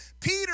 Peter